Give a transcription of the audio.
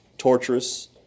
torturous